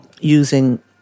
using